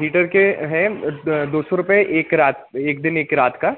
heater के हैं दो सौ रुपये एक रात एक दिन एक रात का